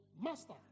Master